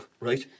Right